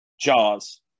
Jaws